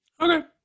Okay